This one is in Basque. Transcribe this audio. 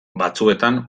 batzuetan